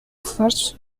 search